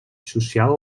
social